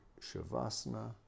shavasana